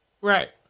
Right